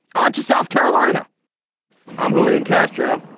on to south carolina i'm julian castro.